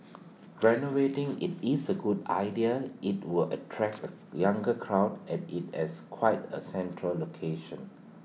renovating IT is A good idea IT would attract A younger crowd as IT has quite A central location